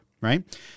Right